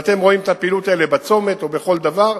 ואתם רואים את הפעילות הזאת בצומת או בכל דבר,